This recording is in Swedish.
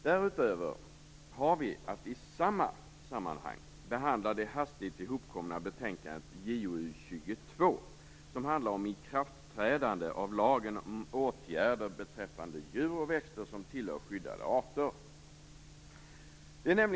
Därutöver har vi att i samma sammanhang behandla det hastigt hopkomna betänkandet JoU22 Ikraftträdande av lagen om åtgärder beträffande djur och växter som tillhör skyddade arter.